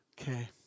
Okay